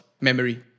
memory